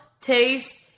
taste